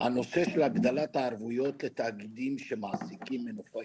הנושא של הגדלת הערבויות לתאגידים שמעסיקים מנופאים.